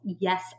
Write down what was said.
Yes